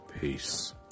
peace